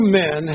men